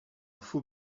faux